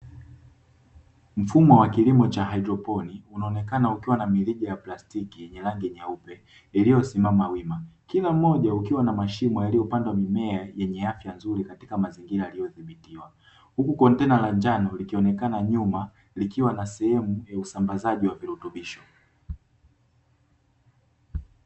Mfumo wa kilimo cha haidroponi unaonekana ukiwa na mirija ya plastiki yenye rangi nyeupe iliyosimama wima, kila mmoja ukiwa na mashimo yaliyopandwa mimea yenye afya nzuri katika mazingira yaliyodhibitiwa; huku kontena la njano likionekana nyuma likiwa na sehemu ya usambazaji wa virutubisho.